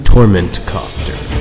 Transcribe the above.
Tormentcopter